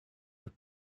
los